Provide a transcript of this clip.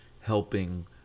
helping